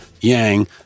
Yang